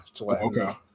Okay